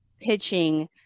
pitching